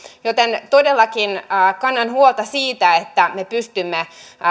joten todellakin kannan huolta siitä että me pystymme